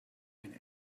and